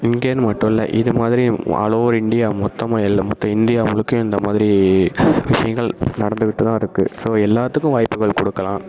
இங்கேன்னு மட்டும் இல்லை இது மாதிரி ஆல் ஓவர் இண்டியா மொத்தமாக எல் மொத்த இந்தியா முழுக்கையும் இந்த மாதிரி விஷயங்கள் நடந்துக்கிட்டு தான் இருக்கு ஸோ எல்லாத்துக்கும் வாய்ப்புகள் கொடுக்கலாம்